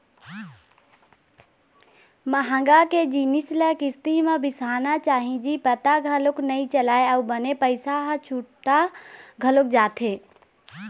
महँगा के जिनिस ल किस्ती म बिसाना चाही जी पता घलोक नइ चलय अउ बने पइसा ह छुटा घलोक जाथे